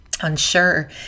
unsure